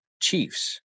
chiefs